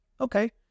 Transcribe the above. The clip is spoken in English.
okay